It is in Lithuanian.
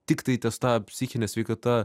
tiktai ties ta psichine sveikata